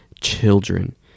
children